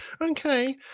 Okay